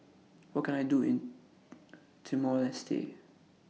What Can I Do in Timor Leste